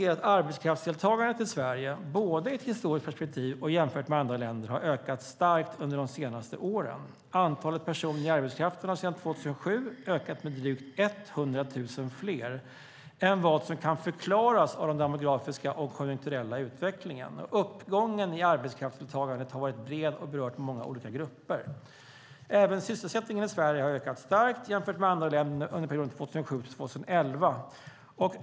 Arbetskraftsdeltagandet i Sverige, både i ett historiskt perspektiv och jämfört med andra länder, har ökat starkt under de senaste åren. Antalet personer i arbetskraften har sedan 2007 ökat med drygt 100 000 fler än vad som kan förklaras av den demografiska och den konjunkturella utvecklingen. Uppgången i arbetskraftsdeltagandet har varit bred och berört många olika grupper. Även sysselsättningen har ökat starkt i Sverige jämfört med andra länder under perioden 2007-2011.